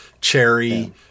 cherry